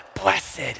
Blessed